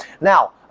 Now